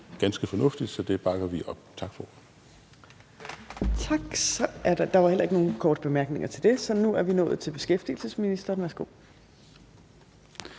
ganske fornuftigt. Så det bakker vi op. Tak for